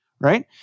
right